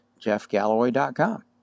jeffgalloway.com